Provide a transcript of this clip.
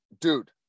dude